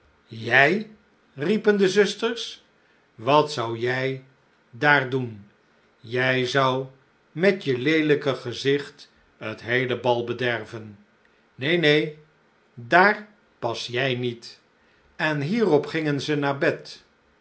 jij riepen de zusters wat zou jij daar doen jij zou met je leelijke gezigt het heele bal bederven neen neen daar pas jij niet en hierop gingen ze naar bed